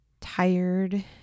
tired